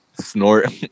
snort